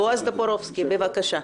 בועז טופורובסקי, בבקשה.